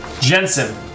Jensen